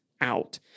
out